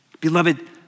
Beloved